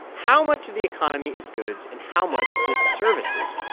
how much of the economy is goods, and how much is services?